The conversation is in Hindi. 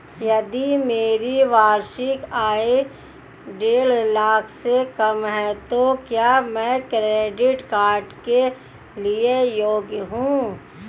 यदि मेरी वार्षिक आय देढ़ लाख से कम है तो क्या मैं क्रेडिट कार्ड के लिए योग्य हूँ?